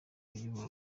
uyobora